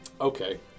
Okay